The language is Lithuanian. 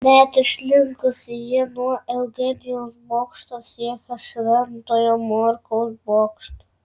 net išlinkusi ji nuo eugenijaus bokšto siekia šventojo morkaus bokštą